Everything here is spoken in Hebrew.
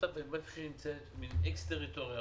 מין אקס טריטוריה